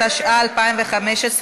התשע"ה 2015,